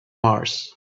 mars